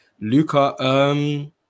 Luca